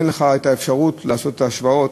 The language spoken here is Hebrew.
אין לך את האפשרות לעשות את ההשוואות,